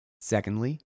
Secondly